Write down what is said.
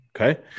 Okay